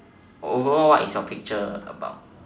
overall what is your picture about